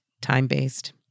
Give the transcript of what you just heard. time-based